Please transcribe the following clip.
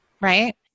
Right